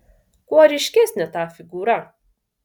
kuo ryškesnė ta figūra